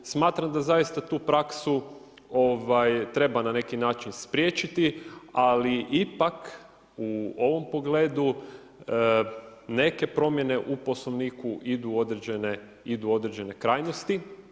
Smatram da zaista tu praksu treba na neki način spriječiti, ali ipak u ovom pogledu neke promjene u Poslovniku određene krajnosti.